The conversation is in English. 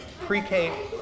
pre-K